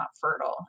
fertile